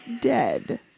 dead